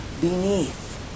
beneath